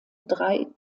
drei